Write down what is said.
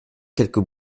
quelques